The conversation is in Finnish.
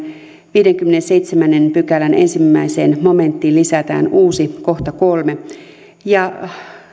viidennenkymmenennenseitsemännen pykälän ensimmäiseen momenttiin lisätään uusi kolmas kohta ja